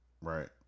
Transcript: Right